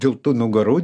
dėl tų nugarų